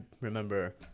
remember